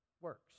works